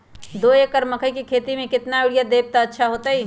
दो एकड़ मकई के खेती म केतना यूरिया देब त अच्छा होतई?